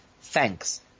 Thanks